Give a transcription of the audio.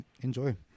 enjoy